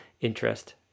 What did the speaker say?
interest